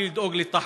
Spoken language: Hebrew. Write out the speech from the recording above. בלי לדאוג לתחבורה,